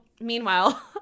meanwhile